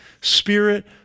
spirit